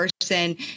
person